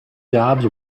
jobs